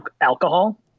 alcohol